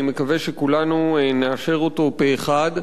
אני מקווה שכולנו נאשר אותו פה-אחד.